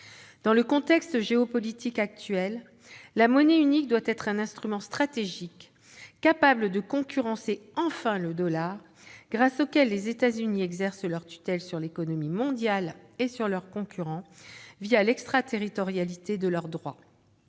Dans le contexte géopolitique actuel, la monnaie unique doit être un instrument stratégique, capable de concurrencer enfin le dollar, grâce auquel les États-Unis exercent leur tutelle sur l'économie mondiale et sur leurs concurrents, l'extraterritorialité de leur droit.